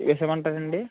వేసేయమంటారా అండి